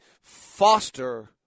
foster